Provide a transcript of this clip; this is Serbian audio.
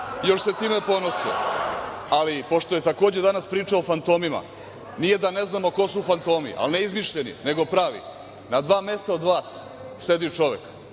još se time ponose. Ali pošto je takođe danas pričao o fantomima, nije da ne znamo ko su fantomi, ali ne izmišljeni nego pravi. Na dva mesta od vas sedi čovek